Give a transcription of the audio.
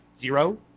zero